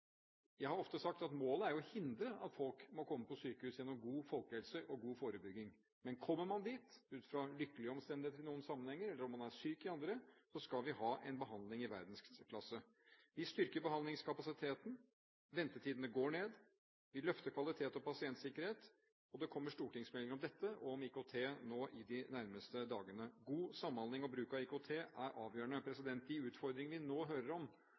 Jeg har ofte sagt at målet er å hindre at folk må komme på sykehus gjennom god folkehelse og god forebygging, men kommer man dit ut fra lykkelige omstendigheter i noen sammenhenger, eller om man er syk i andre, skal vi ha en behandling i verdensklasse. Vi styrker behandlingskapasiteten, ventetidene går ned, vi løfter kvalitet og pasientsikkerhet, og det kommer stortingsmelding om dette og om IKT nå de nærmeste dagene. God samhandling og bruk av IKT er avgjørende. De utfordringene vi nå hører om,